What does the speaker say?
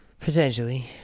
Potentially